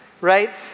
right